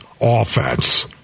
offense